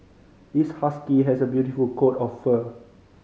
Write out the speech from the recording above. this husky has a beautiful coat of fur